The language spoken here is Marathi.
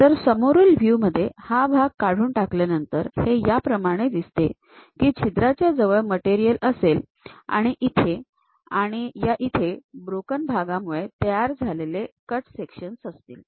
तर समोरील व्ह्यू मध्ये हा भाग काढून टाकल्यानंतर हे या प्रमाणे दिसते की छिद्राच्या जवळ मटेरियल असेल आणि इथे आणि या इथे ब्रोकन भागांमुळे तयार झालेले कट सेक्शन्स असतील